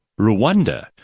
Rwanda